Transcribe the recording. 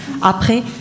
après